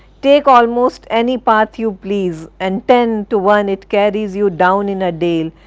take almost any path you please, and ten to one it carries you down in a dale,